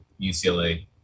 UCLA